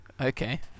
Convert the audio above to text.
Okay